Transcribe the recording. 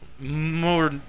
more